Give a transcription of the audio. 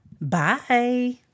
Bye